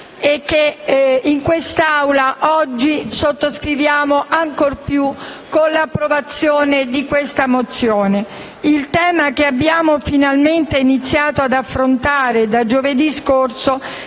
e che in quest'Aula oggi sottoscriviamo ancor più con l'approvazione della mozione all'ordine del giorno. Il tema che abbiamo finalmente iniziato ad affrontare da giovedì scorso